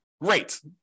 great